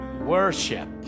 Worship